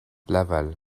laval